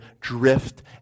drift